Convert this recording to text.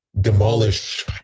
demolish